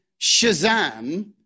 shazam